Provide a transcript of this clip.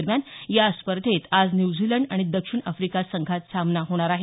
दरम्यान या स्पर्धेत आज न्यूझीलंड आणि दक्षिण अफ्रिका संघात सामना होणार आहे